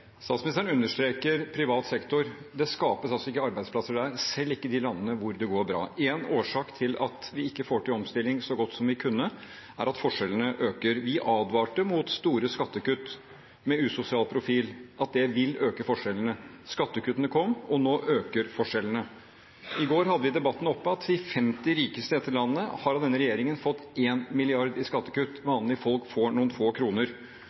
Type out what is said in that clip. Statsministeren understreker privat sektor. Det skapes altså ikke arbeidsplasser der, selv ikke i de landene hvor det går bra. Én årsak til at vi ikke får til omstilling så godt som vi kunne, er at forskjellene øker. Vi advarte mot at store skattekutt med usosial profil vil øke forskjellene. Skattekuttene kom, og nå øker forskjellene. I går hadde vi i debatten oppe at de 50 rikeste i dette landet av denne regjeringen har fått 1 mrd. kr i skattekutt. Vanlige folk får noen få kroner.